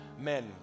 men